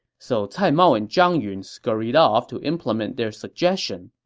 so cai mao and zhang yun scurried off to implement their suggestion.